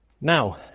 Now